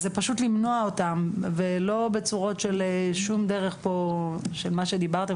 אז זה פשוט למנוע אותם ולא בצורות של שום דרך של מה שדיברתם,